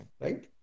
right